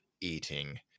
eating